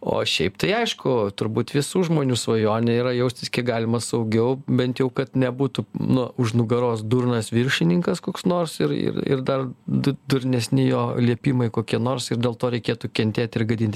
o šiaip tai aišku turbūt visų žmonių svajonė yra jaustis kiek galima saugiau bent jau kad nebūtų nu už nugaros durnas viršininkas koks nors ir ir ir dar du durnesni jo liepimai kokie nors ir dėl to reikėtų kentėti ir gadinti